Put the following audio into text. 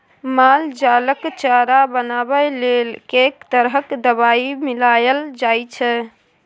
माल जालक चारा बनेबाक लेल कैक तरह दवाई मिलाएल जाइत छै